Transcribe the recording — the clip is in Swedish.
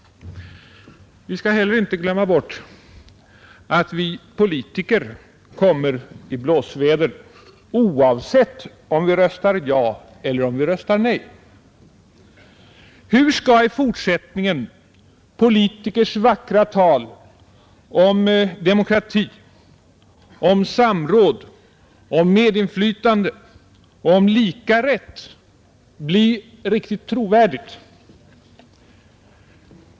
Vi skall heller inte glömma bort att vi politiker kommer i blåsväder, oavsett om vi röstar ja eller om vi röstar nej. Hur skall i fortsättningen politikers vackra tal om demokrati, om samråd, om medinflytande och om lika rätt bli riktigt trovärdigt?